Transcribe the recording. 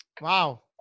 Wow